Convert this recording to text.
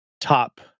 top